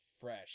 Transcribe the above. fresh